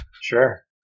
Sure